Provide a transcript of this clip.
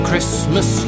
Christmas